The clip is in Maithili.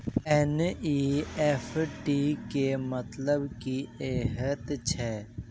एन.ई.एफ.टी केँ मतलब की हएत छै?